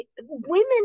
women